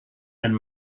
and